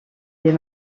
des